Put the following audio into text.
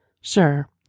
Sure